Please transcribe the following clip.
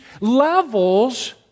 levels